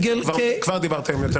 כבר דיברת יותר ממנה.